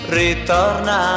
ritorna